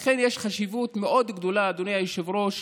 לכן יש חשיבות מאוד גדולה, אדוני היושב-ראש,